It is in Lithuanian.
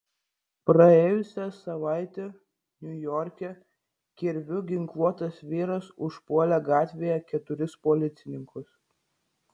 praėjusią savaitę niujorke kirviu ginkluotas vyras užpuolė gatvėje keturis policininkus